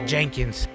Jenkins